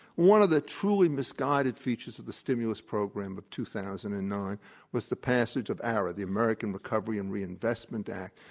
one of the truly misguided features of the stimulus program of two thousand and nine was the passage of arra, the american recovery and reinvestment act,